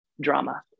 drama